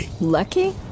Lucky